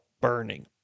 burning